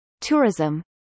tourism